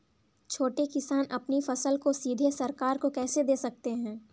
छोटे किसान अपनी फसल को सीधे सरकार को कैसे दे सकते हैं?